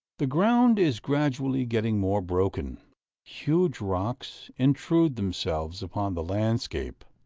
the ground is gradually getting more broken huge rocks intrude themselves upon the landscape.